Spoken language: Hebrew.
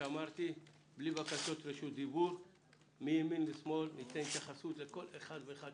בלי בקשות רשות דיבור - מימין לשמאל אתן התייחסות לכל מי שירצה.